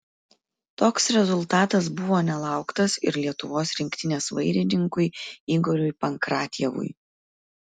toks rezultatas buvo nelauktas ir lietuvos rinktinės vairininkui igoriui pankratjevui